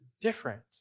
different